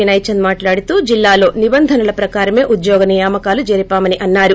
వినయ్ చంద్ మాట్లాడుతూ జిల్లాలో నిబంధనల ప్రకారమే ఉద్యోగ నియామకాలు జరిపామని అన్నారు